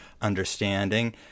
understanding